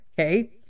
okay